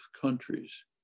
countries